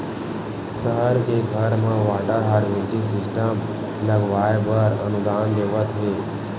सहर के घर म वाटर हारवेस्टिंग सिस्टम लगवाए बर अनुदान देवत हे